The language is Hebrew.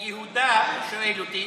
יהודה שואל אותי,